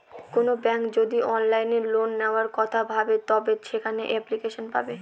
কোনো ব্যাঙ্ক যদি অনলাইনে লোন নেওয়ার কথা ভাবে তবে সেখানে এপ্লিকেশন পাবে